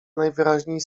najwyraźniej